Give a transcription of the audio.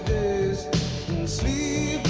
is this the